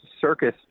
circus